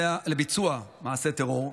לביצוע מעשה טרור,